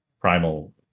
Primal